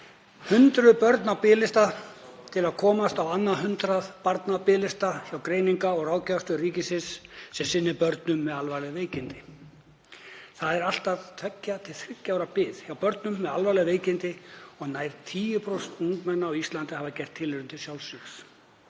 hundruð barna á biðlista til að komast á annan 100 barna biðlista hjá Greiningar- og ráðgjafarstöð ríkisins sem sinnir börnum með alvarleg veikindi. Það er allt að tveggja til þriggja ára bið hjá börnum með alvarleg veikindi og nær 10% ungmenna á Íslandi hafa gert tilraun til sjálfsvígs.